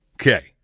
Okay